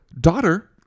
daughter